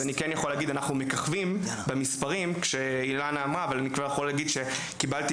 אנחנו מככבים במספרים אבל אני יכול להגיד שקיבלתי